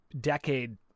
decade